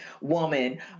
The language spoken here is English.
woman